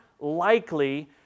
likely